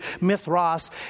Mithras